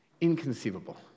Inconceivable